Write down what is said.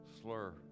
slur